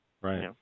Right